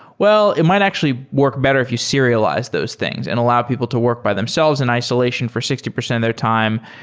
well, it might actually work better if you serialize those things and allow people to work by themselves in isolation for sixty percent of their time,